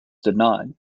denied